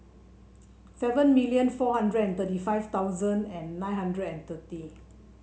seven million four hundred thirty five thousand and nine hundred thirty